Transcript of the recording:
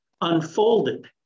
unfolded